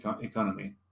economy